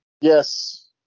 Yes